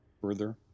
further